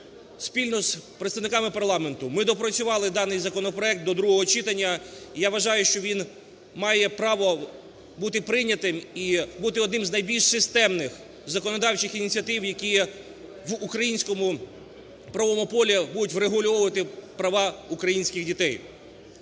спільно з представниками парламенту ми доопрацювали даний законопроект до другого читання, і, я вважаю, що він має право бути прийнятим і бути одним з найбільш системних законодавчих ініціатив, які в українському правовому полі будуть врегульовувати права українських дітей.